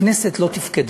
הכנסת לא תפקדה.